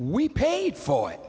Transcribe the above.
we paid for it